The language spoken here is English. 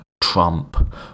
Trump